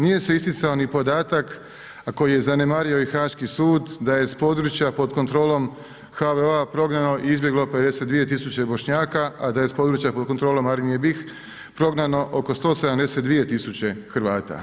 Nije se isticao ni podatak koji je i Haaški sud da je s područja pod kontrolom HVO-a prognano i izbjeglo 52 tisuće Bošnjaka, a da je s područja pod kontrolom Armije BiH prognano oko 172 tisuće Hrvata.